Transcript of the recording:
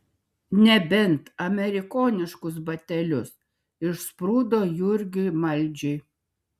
nebent amerikoniškus batelius išsprūdo jurgiui maldžiui